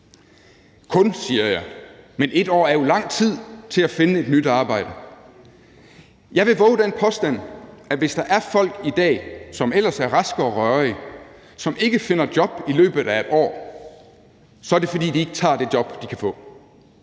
»Kun« siger jeg, men 1 år er jo lang tid til at finde et nyt arbejde. Jeg vil vove den påstand, at hvis der er folk i dag, som ellers er raske og rørige, som ikke finder job i løbet af 1 år, så er det, fordi de ikke tager det job, de kan få.